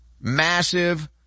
massive